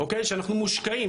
שאנחנו מושקעים,